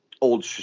old